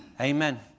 amen